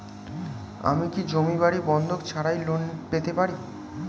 আমি কি জমি বাড়ি বন্ধক ছাড়াই লোন পেতে পারি?